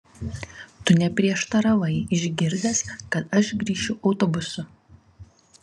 tu neprieštaravai išgirdęs kad aš grįšiu autobusu